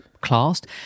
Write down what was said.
classed